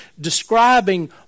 describing